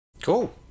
cool